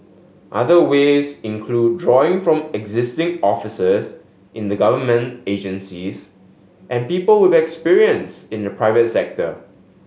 other ways include drawing from existing officers in the government agencies and people with experience in the private sector